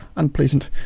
unpleasant.